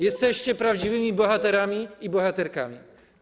Jesteście prawdziwymi bohaterami i bohaterkami.